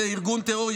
או בארגון טרור,